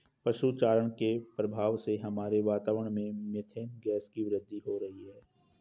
पशु चारण के प्रभाव से हमारे वातावरण में मेथेन गैस की वृद्धि हो रही है